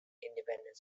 independent